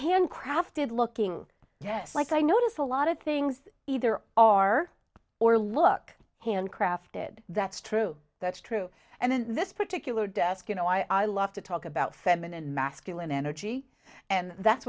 hand crafted looking yes like i notice a lot of things either or or look handcrafted that's true that's true and in this particular desk you know i love to talk about feminine masculine energy and that's